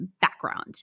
background